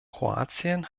kroatien